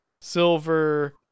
silver